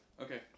Okay